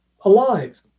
alive